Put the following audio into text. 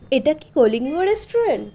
এটা কি কলিঙ্গ রেস্টুরেন্ট